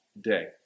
day